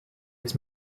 its